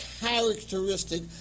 characteristic